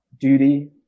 duty